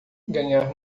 ganhar